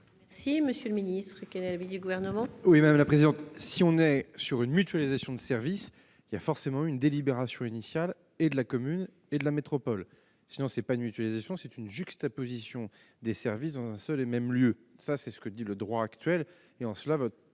le cas d'une mutualisation de services, il y a forcément eu une délibération initiale, et de la commune et de la métropole. Sinon, c'est une juxtaposition des services dans un seul et même lieu. C'est ce que dit le droit actuel.